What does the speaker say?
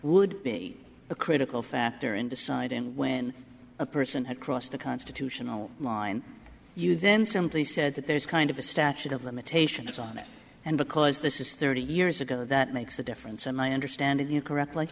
would be a critical factor in deciding when a person across the constitutional line you then simply said that there's kind of a statute of limitations on it and because this is thirty years ago that makes a difference and i understand you correctly